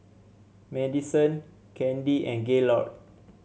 Madyson Candi and Gaylord